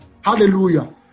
Hallelujah